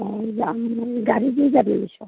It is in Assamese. অ' যাম গাড়ী কি গাড়ী লৈছ'